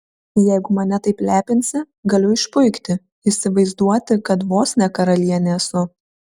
jeigu mane taip lepinsi galiu išpuikti įsivaizduoti kad vos ne karalienė esu